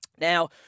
Now